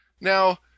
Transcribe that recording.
Now